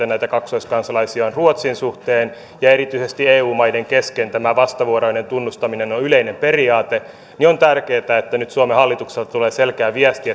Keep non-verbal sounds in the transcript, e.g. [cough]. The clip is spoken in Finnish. [unintelligible] näitä kaksoiskansalaisia on ruotsin suhteen erityisesti eu maiden kesken tämä vastavuoroinen tunnustaminen on yleinen periaate joten on tärkeätä että nyt suomen hallitukselta tulee selkeä viesti [unintelligible]